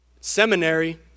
seminary